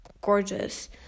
gorgeous